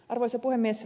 arvoisa puhemies